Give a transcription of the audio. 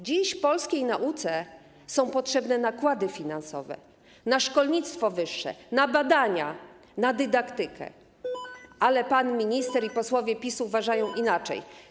Dziś polskiej nauce są potrzebne nakłady finansowe na szkolnictwo wyższe, na badania, na dydaktykę, ale pan minister i posłowie PiS uważają inaczej.